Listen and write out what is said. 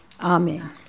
Amen